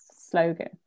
slogan